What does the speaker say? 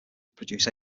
produce